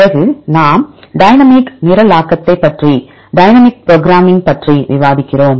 பிறகு நாம்டைனமிக் நிரலாக்கத்தைப் பற்றி டைனமிக் புரோகிராமிங் பற்றி விவாதிக்கிறோம்